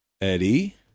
Eddie